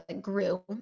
grew